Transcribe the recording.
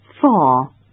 Four